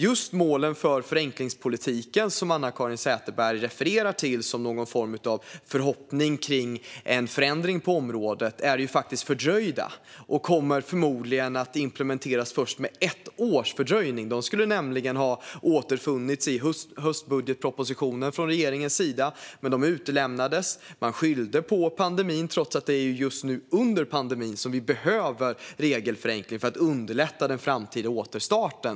Just målen för förenklingspolitiken, som Anna-Caren Sätherberg refererar till som någon form av förhoppning om en förändring på området, är ju faktiskt fördröjda och kommer förmodligen att implementeras först med ett års fördröjning. De skulle nämligen ha återfunnits i höstbudgetpropositionen från regeringens sida. Men de utelämnades. Man skyllde på pandemin trots att det är just nu under pandemin som vi behöver regelförenkling för att underlätta den framtida återstarten.